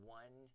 one